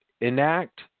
enact